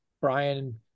Brian